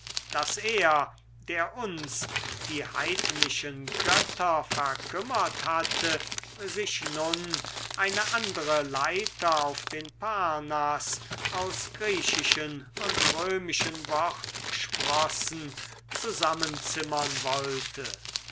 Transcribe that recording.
daß er der uns die heidnischen götter verkümmert hatte sich nun eine andere leiter auf den parnaß aus griechischen und römischen wortsprossen zusammenzimmern wollte